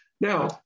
Now